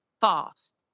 fast